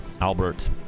Albert